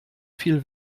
viel